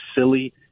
silly